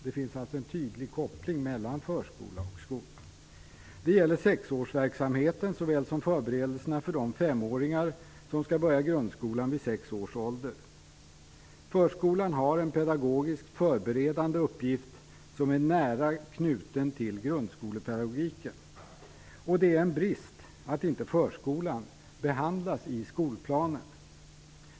Det finns en tydlig koppling mellan förskola och skola. Det gäller såväl sexåringsverksamheten som förberedelserna för de femåringar som skall börja grundskolan vid sex års ålder. Förskolan har en pedagogiskt förberedande uppgift som är nära knuten till grundskolepedagogiken. Det är en brist att inte förskolan behandlas i skolplanen.